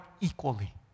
equally